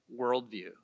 worldview